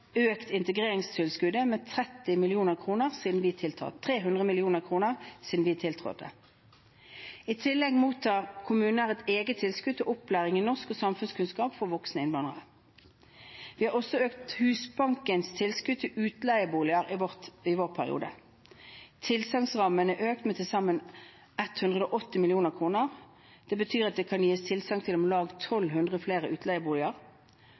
økt integreringstilskuddet med 300 mill. kr siden vi tiltrådte. I tillegg mottar kommuner et eget tilskudd til opplæring i norsk og samfunnskunnskap for voksne innvandrere. Vi har også økt Husbankens tilskudd til utleieboliger i vår periode. Tilsagnsrammen er økt med til sammen 180 mill. kr. Det betyr at det kan gis tilsagn til om lag 1 200 flere utleieboliger.